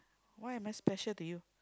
why am I special to you